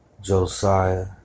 Josiah